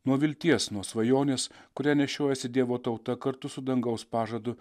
nuo vilties nuo svajonės kurią nešiojasi dievo tauta kartu su dangaus pažadu